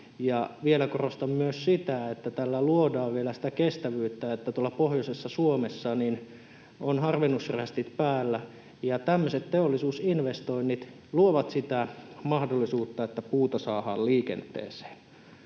vielä korostan myös sitä, että tällä luodaan vielä sitä kestävyyttä. Tuolla pohjoisessa Suomessa on harvennusrästit päällä, ja tämmöiset teollisuusinvestoinnit luovat sitä mahdollisuutta, että puuta saadaan liikenteeseen.